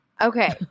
Okay